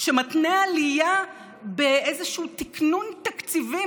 שמתנה עלייה באיזשהו תקנון תקציבי.